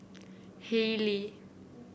Haylee